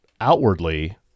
outwardly